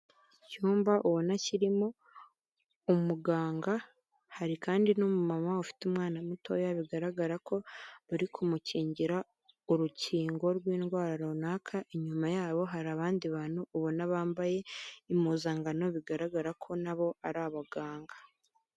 Icyumba ubona kirimo umuganga hari kandi n'umu mama ufite umwana mutoya bigaragara ko bari kumukingira urukingo rw'indwara runaka, inyuma yabo hari abandi bantu ubona bambaye impuzangano bigaragara ko nabo ari abaganga.